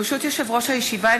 ברשות יושב-ראש הישיבה,